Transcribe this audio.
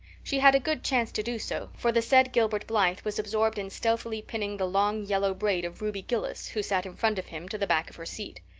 she had a good chance to do so, for the said gilbert blythe was absorbed in stealthily pinning the long yellow braid of ruby gillis, who sat in front of him, to the back of her seat.